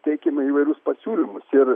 teikiame įvairius pasiūlymus ir